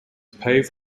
paved